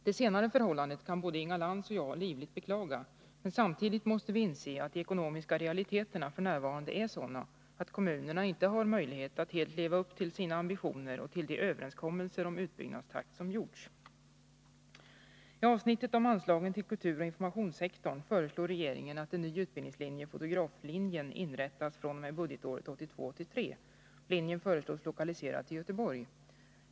Det senare förhållandet kan både Inga Lantz och jag livligt beklaga, men samtidigt måste vi inse att de ekonomiska realiteterna f. n. är sådana att kommunerna inte har möjlighet att helt leva upp till sina ambitioner och till de överenskommelser om utbyggnadstakt som gjorts. I avsnittet om anslagen till kulturoch informationssektorn föreslår regeringen att en ny utbildningslinje, fotograflinjen, inrättas fr.o.m. budgetåret 1982/83. Linjen föreslås lokaliserad till Göteborg.